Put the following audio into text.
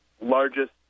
largest